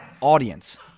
audience